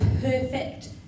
perfect